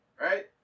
right